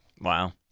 Wow